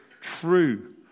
true